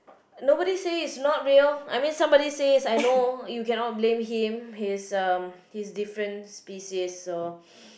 nobody say it's not real I mean somebody says I know you cannot blame him he's um he's different species so